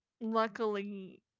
luckily